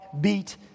beat